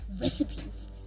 recipes